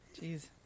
Jeez